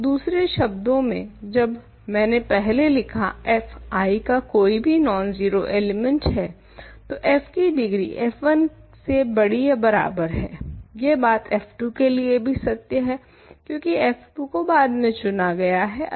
तो दुसरे शब्दों में जब मेने पहले लिखा f I का कोई भी नॉन जीरो एलिमेंट है तो f की डिग्री f1 के बड़ी या बराबर है यह बात f2 के लिए भी सत्य है क्यूंकि f2 को बाद मे चुना गया है